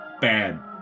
bad